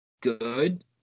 good